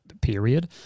Period